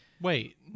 Wait